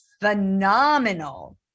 phenomenal